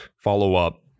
follow-up